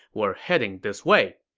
were heading this way.